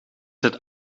het